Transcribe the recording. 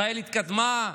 ישראל התקדמה,